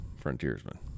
Frontiersman